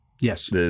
Yes